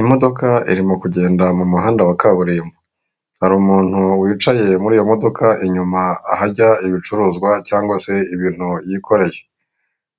Imodoka irimo kugenda m'umuhanda wa kaburimbo, hari umuntu wicaye muri iyo modoka inyuma ahajya ibicuruzwa cyangwa se ibintu yikoreye,